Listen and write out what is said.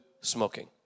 smoking